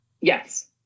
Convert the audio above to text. Yes